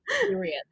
period